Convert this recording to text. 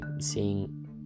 seeing